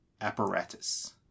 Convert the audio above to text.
apparatus